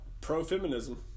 pro-feminism